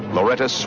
Loretta